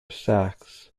sacs